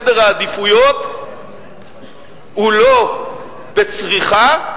סדר העדיפויות הוא לא בצריכה,